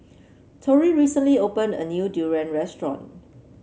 Torie recently opened a new durian restaurant